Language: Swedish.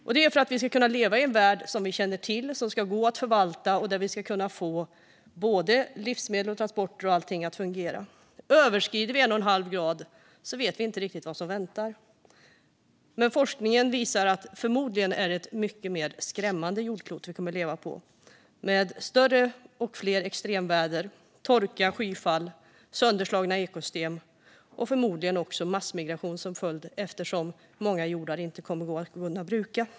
Det handlar om att vi ska kunna leva i en värld som vi känner igen, som går att förvalta och där vi kan få livsmedel, transporter och allt annat att fungera. Överskrider vi 1,5 grader vet vi inte riktigt vad som väntar, men forskningen visar att det förmodligen är ett mycket mer skrämmande jordklot vi kommer att leva på. Det kommer att vara mer omfattande extremväder, mer torka och skyfall och sönderslagna ekosystem, förmodligen med massmigration som följd eftersom många jordar inte kommer att gå att bruka.